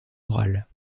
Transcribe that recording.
orales